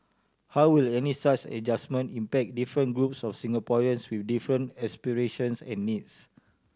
how will any such adjustment impact different groups of Singaporeans with different aspirations and needs